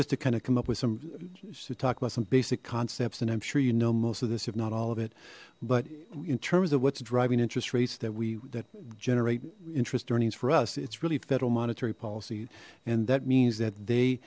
just to kind of come up with some who talked about some basic concepts and i'm sure you know most of this if not all of it but in terms of what's driving interest rates that we that generate interest earnings for us it's really federal monetary policy and that means that they